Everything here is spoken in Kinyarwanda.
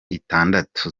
itandatu